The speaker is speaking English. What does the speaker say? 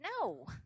no